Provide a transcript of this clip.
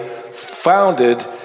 founded